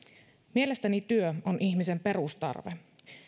mielestäni työ on ihmisen perustarve